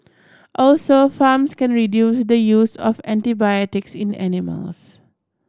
also farms can reduce the use of antibiotics in animals